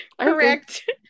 correct